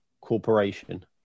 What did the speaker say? corporation